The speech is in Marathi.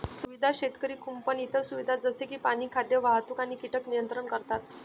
सुविधा शेतकरी कुंपण इतर सुविधा जसे की पाणी, खाद्य, वाहतूक आणि कीटक नियंत्रण करतात